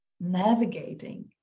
navigating